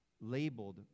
labeled